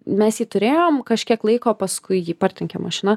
mes jį turėjom kažkiek laiko paskui jį partrenkė mašina